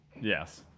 Yes